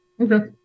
Okay